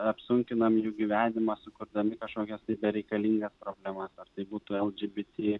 apsunkinam jų gyvenimą sukurdami kažkokias tai bereikalingas problemas ar tai būtų lgbt